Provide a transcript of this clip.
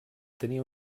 tenia